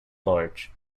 large